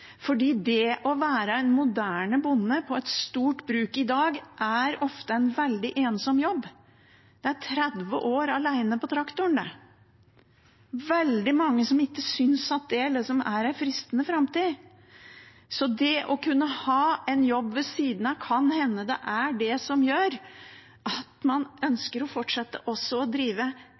det å være en moderne bonde på et stort bruk i dag er ofte en veldig ensom jobb. Det er 30 år alene på traktoren, det. Det er veldig mange som ikke synes at det er en fristende framtid, så det å kunne ha en jobb ved siden av er kan hende det som gjør at man ønsker å fortsette å drive